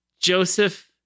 Joseph